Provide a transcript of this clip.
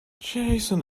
jason